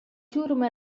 ciurma